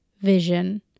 vision